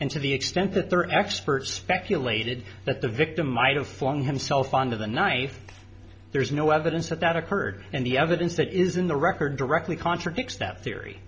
and to the extent that their experts speculated that the victim might have flung himself under the knife there is no evidence that that occurred and the evidence that is in the record directly contradicts that theory